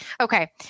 okay